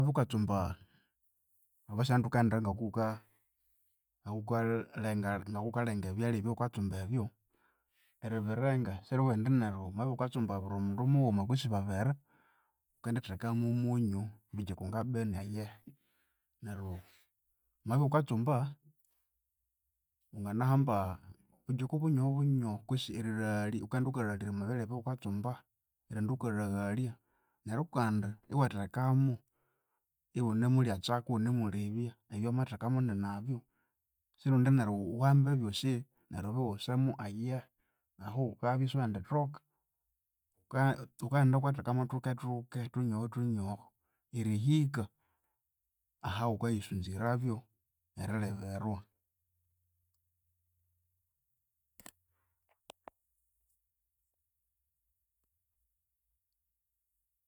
Wukabya wukatsumba, obo sahenu thukaghenda ngokuwuka, ngokuwuka lenga ngokuwuka lenga ebyalya ebyawukatsumba ebyo, eribirenga siribughambu neryo wamabya iwukatsumbira mundu mughuma kutse babiri wukenditheka momunyu bigiko nga bini eyehe. Neryu wamabya iwukatsumba, wanganahamba bugiko bunyoho bunyoho kutse erilaghalya wukaghenda wukalaghalirya omwabyalya ebyaghukatsumba, erighenda wukalaghalya. Neryu kandi iwathekamu iwunemulyatsaku wunemulyebya ebyawamathekamu ninabyu, sirundi neryu wuhambe ebyosi neryu wuwusemu ayihi, ahu wukabya isiwendithoka. Wukaghenda wukathekamu thukethuke, thunyoho thunyoho erihika ahawukayisunzirabyu erilibirwa